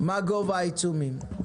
מה גובה העיצומים.